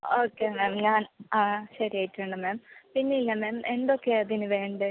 okay ma'am ഞാൻ ആ ശരിയായിട്ടുണ്ട് മാം പിന്നെ ഇല്ലേ മാം എന്തൊക്കെയാണ് അതിന് വേണ്ടത്